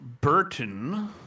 Burton